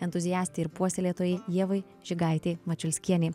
entuziastei ir puoselėtojai ievai žigaitei mačiulskienei